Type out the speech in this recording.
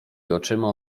oczyma